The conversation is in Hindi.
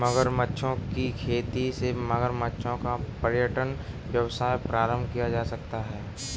मगरमच्छों की खेती से मगरमच्छों का पर्यटन व्यवसाय प्रारंभ किया जा सकता है